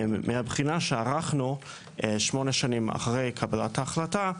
מבחינה שערכנו, שמונה שנים אחרי קבלת ההחלטה,